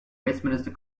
westminster